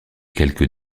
quelque